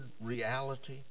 reality